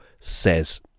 says